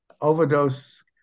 Overdose